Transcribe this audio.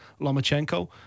Lomachenko